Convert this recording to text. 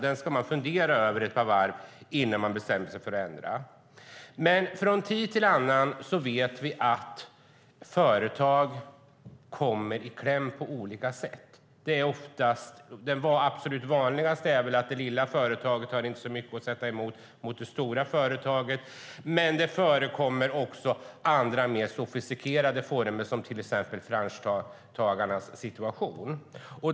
Man ska fundera ett par varv innan man bestämmer sig för att göra ändringar. Från tid till annan vet vi att företag kommer i kläm på olika sätt. Det absolut vanligaste är att det lilla företaget inte har så mycket att sätta emot det stora företaget. Men det förekommer också andra mer sofistikerade former, till exempel franchisetagarnas situation.